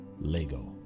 Lego